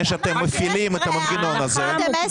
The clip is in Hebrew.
שאתם מתחילים את המנגנון אתם מבקשים אישור ועדת כספים.